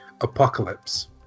Apocalypse